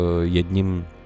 jedním